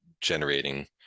generating